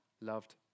loved